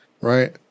right